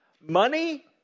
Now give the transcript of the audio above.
money